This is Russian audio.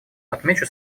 отмечу